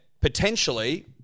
potentially